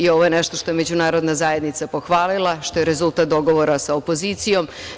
Ovo je nešto što je međunarodna zajednica pohvalila, što je rezultat dogovora sa opozicijom.